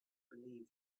believed